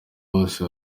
bose